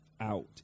out